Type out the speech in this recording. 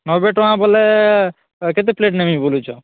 ନବେ ଟଙ୍କା ବୋଲେ ତ କେତେ ପ୍ଲେଟ୍ ନେମି ବୋଲୁଛ